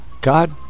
God